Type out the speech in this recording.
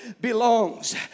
belongs